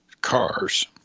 cars